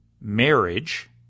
marriage—